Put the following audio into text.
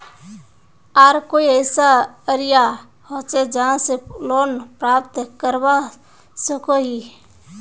आर कोई ऐसा जरिया होचे जहा से लोन प्राप्त करवा सकोहो ही?